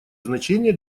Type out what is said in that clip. значение